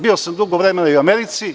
Bio sam dugo vremena i u Americi.